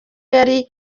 yari